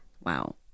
Wow